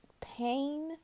pain